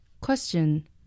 Question